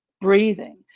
breathing